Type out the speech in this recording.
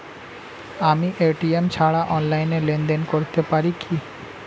আমি এ.টি.এম ছাড়া অনলাইনে লেনদেন করতে পারি কি?